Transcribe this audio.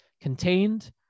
contained